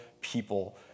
people